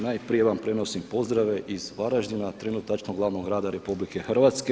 Najprije vam prenosim pozdrave iz Varaždina, trenutačno glavnog grada RH.